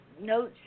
notes